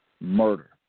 murder